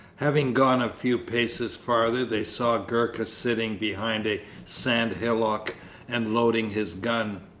having gone a few paces farther they saw gurka sitting behind a sand-hillock and loading his gun.